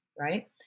right